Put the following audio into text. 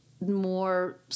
more